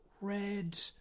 red